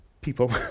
people